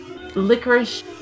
licorice